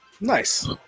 Nice